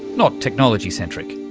not technology centric.